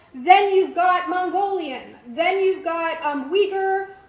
then you've got mongolian. then you've got um uyghur,